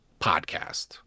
podcast